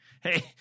hey